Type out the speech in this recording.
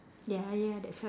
ya ya that's why